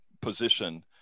position